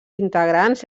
integrants